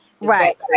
right